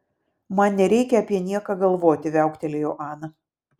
man nereikia apie nieką galvoti viauktelėjo ana